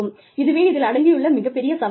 இதுவே இதில் அடங்கியுள்ள மிகப்பெரிய சவாலாகும்